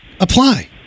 apply